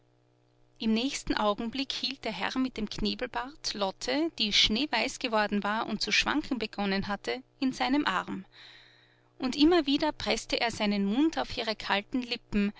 im nächsten augenblick hielt der herr mit dem knebelbart lotte die schneeweiß geworden war und zu schwanken begonnen hatte in seinem arm und immer wieder preßte er seinen mund auf ihre kalten lippen